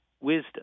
wisdom